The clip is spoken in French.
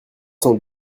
cent